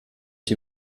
die